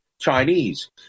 chinese